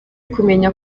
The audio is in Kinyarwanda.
kumenya